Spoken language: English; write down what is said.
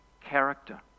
character